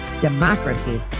democracy